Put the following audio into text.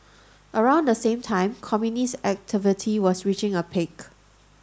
around the same time communist activity was reaching a peak